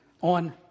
On